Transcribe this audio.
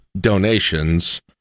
donations